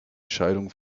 scheidung